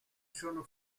sono